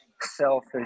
selfish